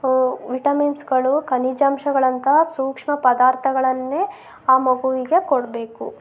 ವಿಟಮಿನ್ಸ್ಗಳು ಖನಿಜಾಂಶಗಳಂತಹ ಸೂಕ್ಷ್ಮ ಪದಾರ್ಥಗಳನ್ನೇ ಆ ಮಗುವಿಗೆ ಕೊಡಬೇಕು